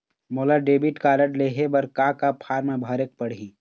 मोला debit card लेहे बर का का फार्म भरेक पड़ही?